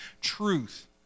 truth